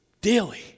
daily